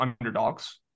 underdogs